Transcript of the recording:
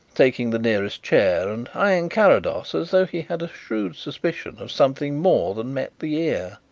taking the nearest chair and eyeing carrados as though he had a shrewd suspicion of something more than met the ear.